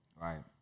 Right